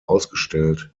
ausgestellt